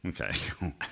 Okay